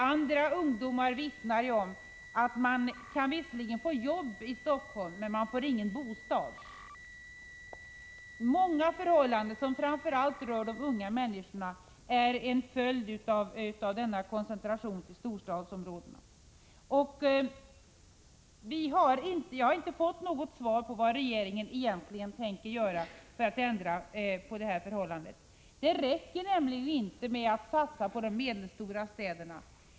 Andra ungdomar vittnar om att man visserligen kan få jobb i Stockholm, men att man inte får någon bostad. Många förhållanden som framför allt rör de unga människorna är en följd av denna koncentration till storstadsområdena. Jag har inte fått något svar på vad regeringen egentligen tänker göra för att ändra på detta förhållande. Det räcker nämligen inte att satsa på de medelstora städerna.